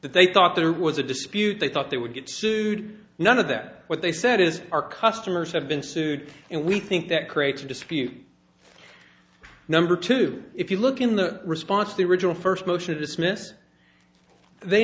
that they thought there was a dispute they thought they would get sued none of that what they said is our customers have been sued and we think that creates a dispute number two if you look in the response to the original first motion to dismiss they